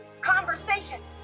conversation